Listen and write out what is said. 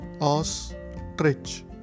Ostrich